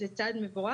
זה צעד מבורך.